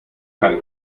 keiner